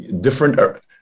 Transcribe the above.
different